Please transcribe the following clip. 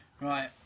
Right